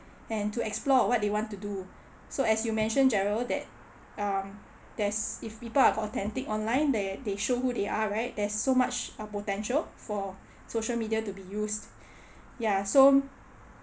and to explore on what they want to do so as you mention jerald that um that's if people are authentic online they they show who they are right there's so much uh potential for social media to be used ya so